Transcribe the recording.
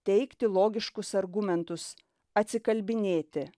teikti logiškus argumentus atsikalbinėti